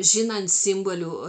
žinant simbolių